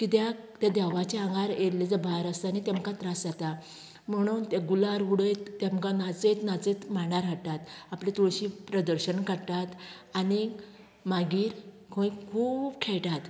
कित्याक तें देवाचें आंगार येयल्लो जो भार आसता न्ही तेमकां त्रास जाता म्हणून ते गुलाल उडयत तेमकां नाचयत नाचयत मांडार हाडटात आपले तुळशीक प्रदक्षीणा काडटात आनीक मागीर खंय खूब खेळटात